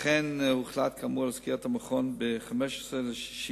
לכן הוחלט כאמור על סגירת המכון ב-15 ביוני